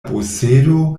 posedo